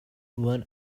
one